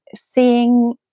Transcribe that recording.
seeing